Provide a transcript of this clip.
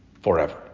forever